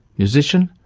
musician,